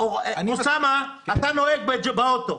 אוסאמה, אתה נוהג באוטו,